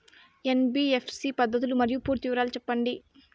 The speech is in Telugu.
ఎన్.బి.ఎఫ్.సి పద్ధతులు మరియు పూర్తి వివరాలు సెప్పండి?